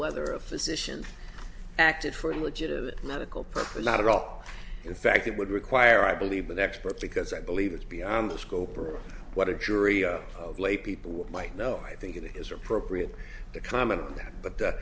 whether a physician acted for a legitimate medical purpose not at all in fact it would require i believe an expert because i believe it's beyond the scope of what a jury of laypeople might know i think it is appropriate to comment on that but